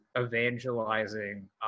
evangelizing